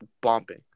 bumping